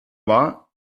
war